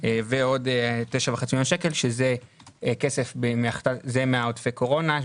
ועוד 9.5 מיליון שקל שזה כסף מעודפי קורונה,